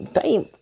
time